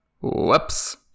Whoops